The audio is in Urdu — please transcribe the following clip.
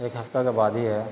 ایک ہفتہ کا بعد ہی ہے